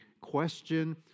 question